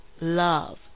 love